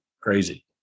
crazy